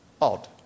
odd